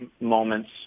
moments